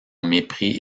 mépris